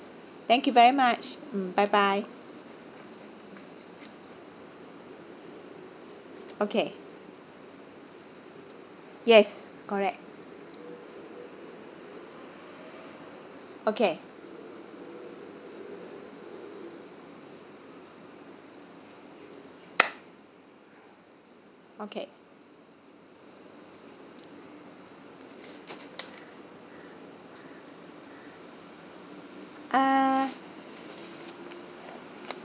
thank you very much mm bye bye okay yes correct okay okay uh